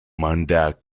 mandat